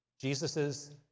Jesus's